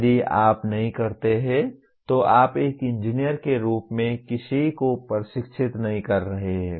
यदि आप नहीं करते हैं तो आप एक इंजीनियर के रूप में किसी को प्रशिक्षित नहीं कर रहे हैं